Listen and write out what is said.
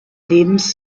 lebens